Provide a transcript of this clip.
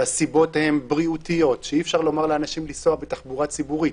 שהסיבות הן בריאותיות ושאי אפשר לומר לאנשים לנסוע בתחבורה ציבורית,